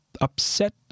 upset